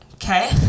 okay